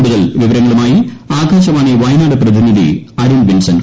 കൂടുതൽ വിവരങ്ങളുമായി ആകാശവാണി വയനാട് പ്രതിനിധി അരുൺ വിൻസന്റ്